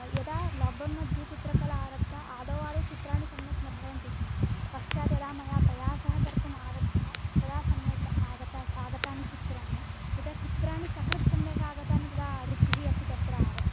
यदा लोक्डौन् मध्ये चित्रकला आरब्धा आदौ आदौ चित्राणि सम्यक् न भवन्ति स्म पश्चात् यदा मया प्रयासः कर्तुमारब्धः तदा सम्यक् आगत आगतानि चित्राणि यदा चित्राणि सकृत्सम्यकागतानि तदा रुचिरपि तत्र आरब्धा